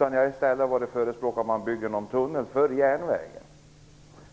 Jag har i stället förespråkat att man bygger en tunnel för järnvägen.